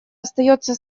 остается